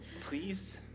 Please